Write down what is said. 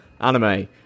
anime